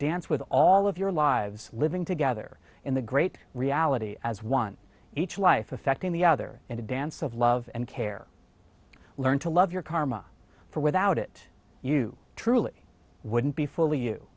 dance with all of your lives living together in the great reality as one each life affecting the other in a dance of love and care learn to love your karma for without it you truly wouldn't be fully